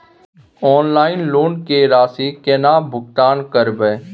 Online loan के राशि केना भुगतान करबे?